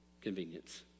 Convenience